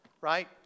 right